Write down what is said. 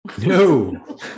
no